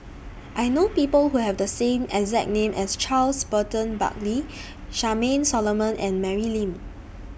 I know People Who Have The same exact name as Charles Burton Buckley Charmaine Solomon and Mary Lim